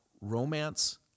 romance